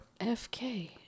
FK